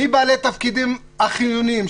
מי בעלי התפקידים החיוניים?